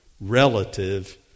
relative